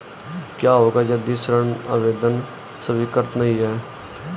क्या होगा यदि ऋण आवेदन स्वीकृत नहीं है?